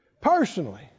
personally